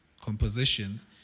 compositions